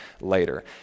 later